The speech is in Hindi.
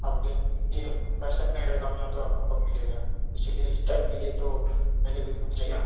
अब देखिए रहेगा ना तो आपको कब मिलेगा इसीलिए इस्टाक के लिए तो पहले भी चाहिए